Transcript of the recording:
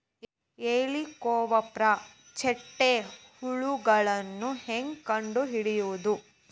ಹೇಳಿಕೋವಪ್ರ ಚಿಟ್ಟೆ ಹುಳುಗಳನ್ನು ಹೆಂಗ್ ಕಂಡು ಹಿಡಿಯುದುರಿ?